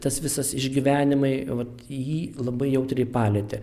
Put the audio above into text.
tas visas išgyvenimai vat jį labai jautriai palietė